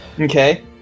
Okay